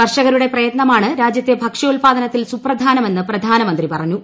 കർഷകരുടെ പ്രയത്നമാണ് രാജ്യത്തെ ഭക്ഷ്യാൽപ്പാദനത്തിൽ സുപ്രധാനമെന്ന് പ്രധാനമന്ത്രി പറഞ്ഞു